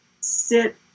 sit